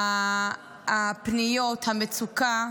הפניות, המצוקה,